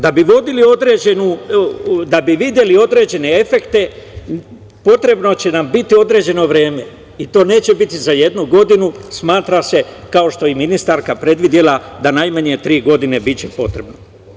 Da bi videli određene efekte, potrebno će nam biti određeno vreme i to neće biti za jednu godinu, smatra se, kao što je i ministarka predvidela, najmanje tri godine biće potrebno.